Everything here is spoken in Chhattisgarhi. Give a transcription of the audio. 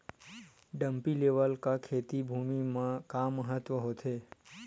डंपी लेवल का खेती भुमि म का महत्व हावे?